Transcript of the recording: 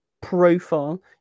profile